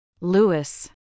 Lewis